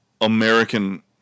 American